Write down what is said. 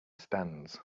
stands